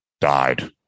died